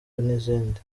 n’izindi